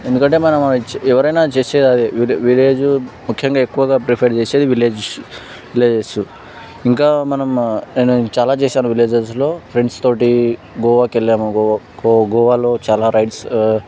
ఎందుకంటే మనం ఎవరైనా చేసేది అదె విలేజ్ ముఖ్యంగా ఎక్కువగా ప్రిఫర్ చేసేది విలేజెస్ విలేజెస్ ఇంకా మనం నేను చాలా చేశాను విలేజెస్లో ఫ్రెండ్స్ తోటి గోవాకి వెళ్ళాము గోవా గోవాలో చాలా రైడ్స్